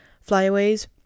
flyaways